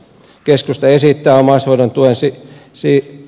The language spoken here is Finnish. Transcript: keskusta esittää omaishoidon tuen si si